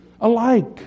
alike